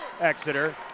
Exeter